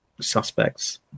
suspects